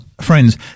friends